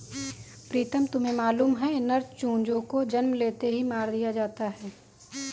प्रीतम तुम्हें मालूम है नर चूजों को जन्म लेते ही मार दिया जाता है